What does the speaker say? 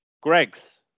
Greg's